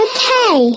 Okay